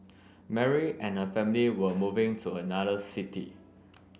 Mary and her family were moving to another city